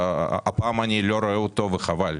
הפעם אני לא רואה אותו, וחבל.